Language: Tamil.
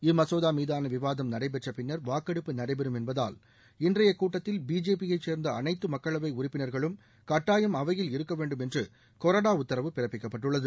இம்மசோதா மீதான விவாதம் நடைபெற்ற பின்னா் வாக்கெடுப்பு நடைபெறும் என்பதால் இன்றையக் கூட்டத்தில் பிஜேபி யை சேர்ந்த அனைத்து மக்களவை உறுப்பினர்களும் கட்டாயம் அவையில் இருக்க வேண்டும் என்று கொறடா உத்தரவு பிறப்பிக்கப்பட்டுள்ளது